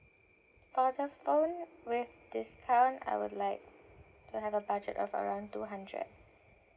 for the phone with discount I would like to have a budget of around two hundred